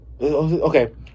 Okay